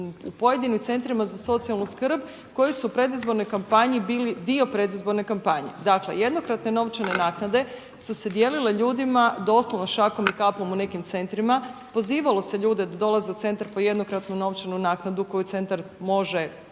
u pojedinim centrima za socijalnu skrb koji su u predizbornoj kampanji bili dio predizborne kampanje. Dakle jednokratne novčane naknade su se dijelile ljudima doslovno šakom i kapom u nekim centrima pozivalo se ljude da dolaze u centar po jednokratnu novčanu naknadu koju centar može sam dati